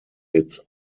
its